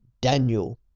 Daniel